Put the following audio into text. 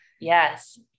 Yes